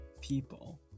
people